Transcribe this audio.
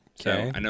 Okay